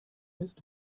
ist